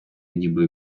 ніби